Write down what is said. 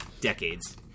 decades